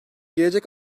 gelecek